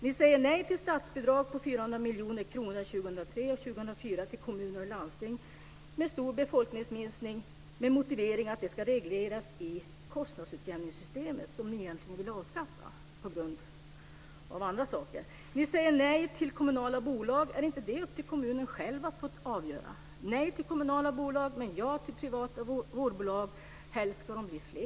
Ni säger nej till statsbidrag på 400 miljoner kronor 2003 och 2004 till kommuner och landsting med stor befolkningsminskning med motivering att det ska regleras i kostnadsutjämningssystemet, som ni egentligen vill avskaffa på grund av andra saker. Ni säger nej till kommunala bolag. Är inte det upp till kommunen själv att få avgöra? Ni säger nej till kommunala bolag men ja till privata vårdbolag, och helst ska de bli fler.